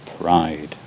pride